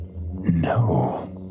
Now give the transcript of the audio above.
No